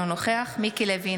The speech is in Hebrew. אינו נוכח מיקי לוי,